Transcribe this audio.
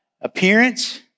appearance